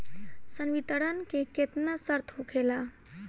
संवितरण के केतना शर्त होखेला?